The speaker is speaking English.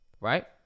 right